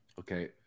Okay